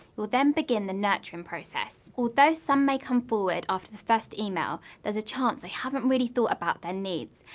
you'll then begin the nurturing process. although some may come forward after the first email, there's a chance they haven't really thought about their needs,